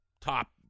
top